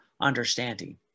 understanding